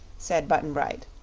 said button-bright.